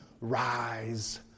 rise